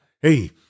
Hey